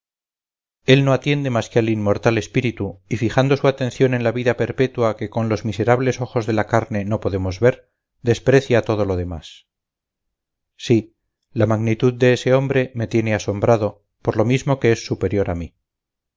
él no atiende más que al inmortal espíritu y fijando su atención en la vida perpetua que con los miserables ojos de la carne no podemos ver desprecia todo lo demás sí la magnitud de ese hombre me tiene asombrado por lo mismo que es superior a mí